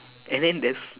and then there's